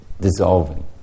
dissolving